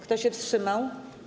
Kto się wstrzymał?